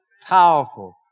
Powerful